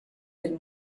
del